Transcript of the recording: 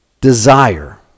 desire